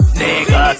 nigga